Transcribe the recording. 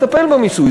נטפל במיסוי.